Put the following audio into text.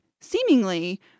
seemingly